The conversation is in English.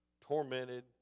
tormented